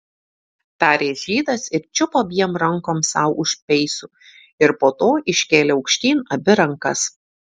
tarė žydas ir čiupo abiem rankom sau už peisų ir po to iškėlė aukštyn abi rankas